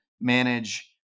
manage